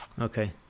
Okay